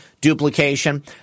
duplication